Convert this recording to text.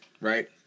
right